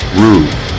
rude